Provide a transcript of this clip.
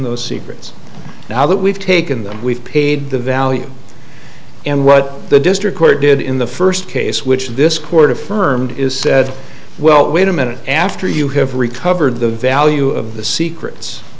those secrets now that we've taken them we've paid the value and what the district court did in the first case which this court affirmed is said well wait a minute after you have recovered the value of the secrets